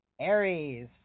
Aries